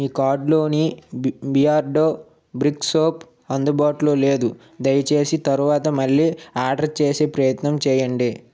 మీ కార్డ్లోని బి బియార్డో బ్రిక్ సోప్ అందుబాటులో లేదు దయచేసి తరువాత మళ్ళీ ఆర్డర్ చేసే ప్రయత్నం చేయండి